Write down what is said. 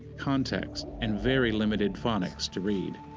context and very limited phonics to read.